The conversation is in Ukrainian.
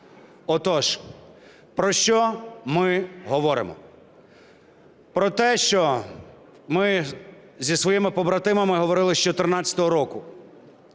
Отож, про що ми говоримо? Про те, що ми зі своїми побратимами говорили з 14-го року.